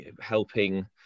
helping